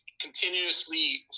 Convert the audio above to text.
continuously